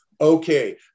okay